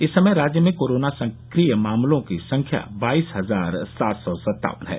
इस समय राज्य में कोरोना सक्रिय मामलों की संख्या बाईस हजार सात सौ सत्तावन है